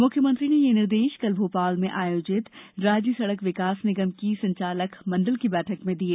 मुख्यमंत्री ने यह निर्देश कल भोपाल में आयोजित राज्य सड़क विकास निगम की संचालक मंडल की बैठक में दिए